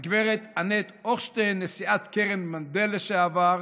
והגב' אנט הוכשטיין, נשיאת קרן מנדל לשעבר.